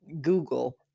Google